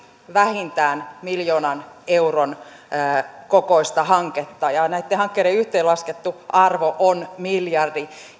vähintään miljoonan euron kokoista hanketta ja näitten hankkeiden yhteenlaskettu arvo on miljardi